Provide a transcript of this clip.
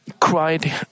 cried